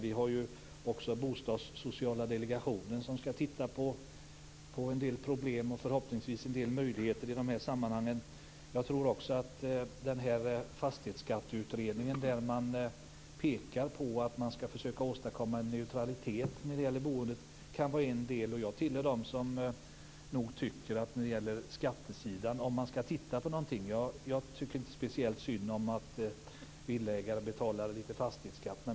Vi har ju också Bostadssociala delegationen som skall se på en del problem och möjligheter i detta sammanhang. Fastighetsskatteutredningen pekar på att man skall försöka åstadkomma neutralitet i boendet. Det kan vara en del. Jag hör till dem som inte tycker speciellt synd om villaägare som får betala lite fastighetsskatt.